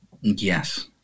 Yes